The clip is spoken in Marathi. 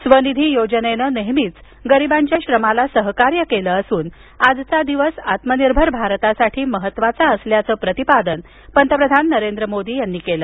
स्वनिधी योजनेनं नेहमीच गरिबांच्या श्रमाला सहकार्य केलं असून आजचा दिवस आत्मनिर्भर भारतासाठी महत्वाचा असल्याचं प्रतिपादन पंतप्रधान नरेंद्र मोदी यांनी केलं